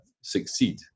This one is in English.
succeed